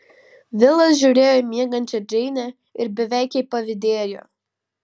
vilas žiūrėjo į miegančią džeinę ir beveik jai pavydėjo